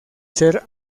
ser